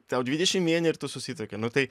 tau dvidešim vieni ir tu susituoki nu tai